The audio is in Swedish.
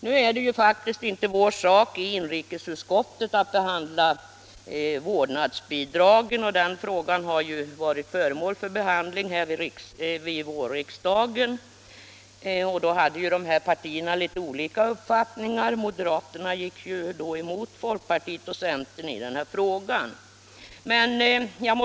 Det är faktiskt inte vår sak i inrikesutskottet att behandla vårdnads 5 bidraget. Den frågan har varit uppe under vårriksdagen. Då hade dessa partier olika uppfattningar, och moderaterna gick emot folkpartiet och centern.